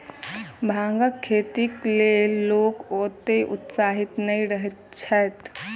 भांगक खेतीक लेल लोक ओतेक उत्साहित नै रहैत छैथ